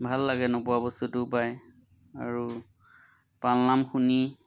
ভাল লাগে নোপোৱা বস্তুটোও পায় আৰু পালনাম শুনি